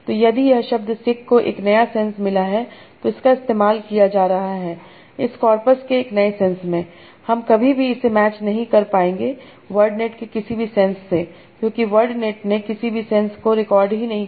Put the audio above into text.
तो यदि यह शब्द सिक को एक नया सेंस मिला है और इसका इस्तेमाल किया जा रहा है इस कार्पस के नए सेंस में हम कभी भी इसे मैच नहीं कर पाएंगे वर्ड नेट के किसी भी सेंस से क्योंकि वर्ड नेट ने किसी भी सेंस को रिकॉर्ड ही नहीं किया